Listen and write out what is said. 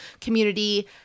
Community